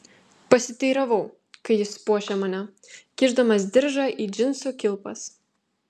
pasiteiravau kai jis puošė mane kišdamas diržą į džinsų kilpas